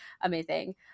amazing